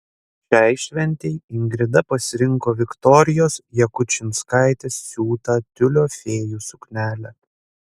šiai šventei ingrida pasirinko viktorijos jakučinskaitės siūtą tiulio fėjų suknelę